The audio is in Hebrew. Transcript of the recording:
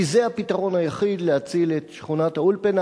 כי זה הפתרון היחיד להציל את שכונת-האולפנה,